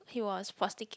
he was prosecuted